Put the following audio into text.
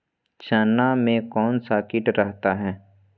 चना में कौन सा किट रहता है?